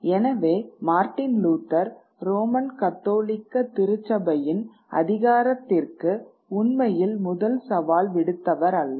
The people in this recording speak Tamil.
எனவே மார்ட்டின் லூதர் ரோமன் கத்தோலிக்க திருச்சபையின் அதிகாரத்திற்கு உண்மையில் முதல் சவால் விடுத்தவர் அல்லர்